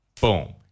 Boom